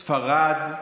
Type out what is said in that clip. ספרד,